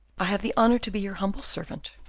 i have the honour to be your humble servant,